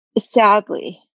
sadly